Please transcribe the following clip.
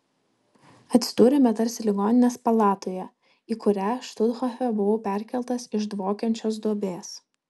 atsidūrėme tarsi ligoninės palatoje į kurią štuthofe buvau perkeltas iš dvokiančios duobės